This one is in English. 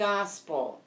Gospel